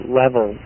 level